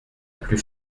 plus